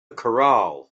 corral